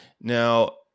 Now